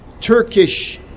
Turkish